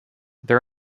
there